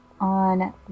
on